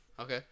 Okay